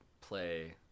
play